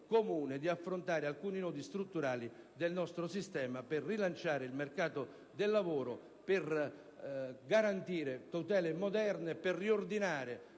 di risolvere alcuni nodi strutturali del nostro sistema per rilanciare il mercato del lavoro, per garantire tutele moderne e per riordinare